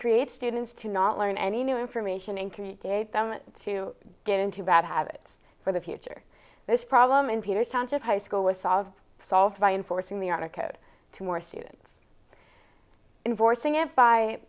create students to not learn any new information and create them to get into bad habits for the future this problem in peter's township high school was solved solved by enforcing the honor code to more students in forcing up by